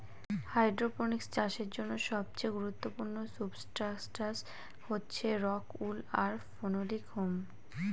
hydroponics চাষের জন্য সবচেয়ে গুরুত্বপূর্ণ সুবস্ট্রাটাস হচ্ছে রক উল আর ফেনোলিক ফোম